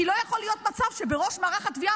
כי לא יכול להיות מצב שבראש מערך התביעה